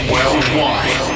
Worldwide